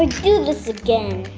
let's do this again.